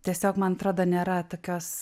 tiesiog man atrodo nėra tokios